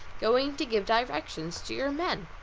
going to give directions to your men,